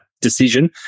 decision